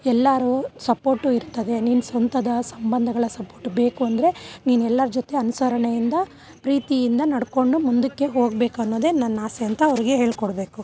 ಎಲ್ಲರು ಸಪೋರ್ಟು ಇರ್ತದೆ ನಿನ್ನ ಸ್ವಂತದ ಸಂಬಂಧಗಳ ಸಪೋರ್ಟು ಬೇಕು ಅಂದರೆ ನೀನು ಎಲ್ಲರ ಜೊತೆ ಅನುಸರಣೆಯಿಂದ ಪ್ರೀತಿಯಿಂದ ನಡ್ಕೊಂಡು ಮುಂದಕ್ಕೆ ಹೋಗ್ಬೇಕನ್ನೋದೇ ನನ್ನಾಸೆ ಅಂತ ಅವ್ರಿಗೆ ಹೇಳ್ಕೊಡ್ಬೇಕು